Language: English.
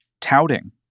touting